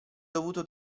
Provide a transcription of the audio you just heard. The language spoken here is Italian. dovuto